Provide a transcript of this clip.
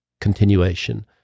continuation